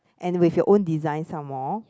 and with your own design some more